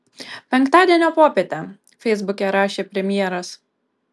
penktadienio popietę feisbuke rašė premjeras